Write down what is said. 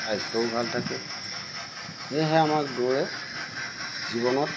স্বাস্থ্যও ভাল থাকে সেয়েহে আমাক দৌৰে জীৱনত